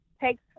takes